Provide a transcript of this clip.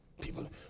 People